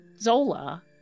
Zola